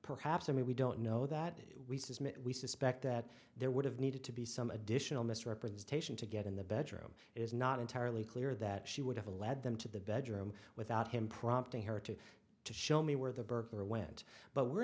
perhaps and we don't know that we submit we suspect that there would have needed to be some additional misrepresentation to get in the bedroom is not entirely clear that she would have to lead them to the bedroom without him prompting her to to show me where the burglar went but we're